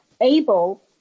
able